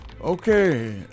Okay